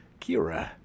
Kira